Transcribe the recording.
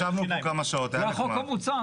ישבנו פה כמה שעות, היה נחמד.